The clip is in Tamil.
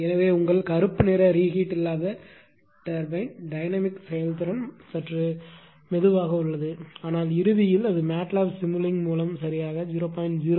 எனவே உங்கள் கருப்பு நிற ரீகீட் இல்லாத டர்பின் டைனமிக் செயல்திறன் சற்று மெதுவாக உள்ளது ஆனால் இறுதியில் அது MATLAB சிமுலிங்க் மூலம் சரியாக 0